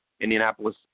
Indianapolis